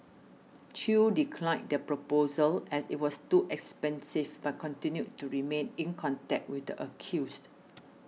Chew declined the proposal as it was too expensive but continued to remain in contact with the accused